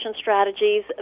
strategies